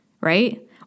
right